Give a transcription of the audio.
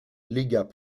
légat